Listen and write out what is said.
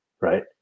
right